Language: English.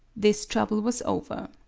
this trouble was over.